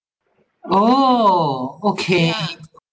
oh okay